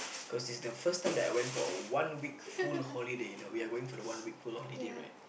cause is the first time that I went for a one week full holiday you know we are going for the one week full holiday right